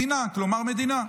כלומר מדינה.